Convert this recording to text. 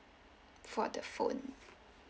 for the phone